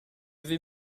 vais